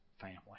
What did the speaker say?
family